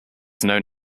known